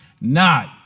not